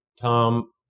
Tom